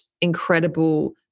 incredible